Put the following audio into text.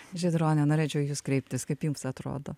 žydrone norėčiau į jus kreiptis kaip jums atrodo